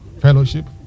fellowship